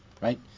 right